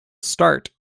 start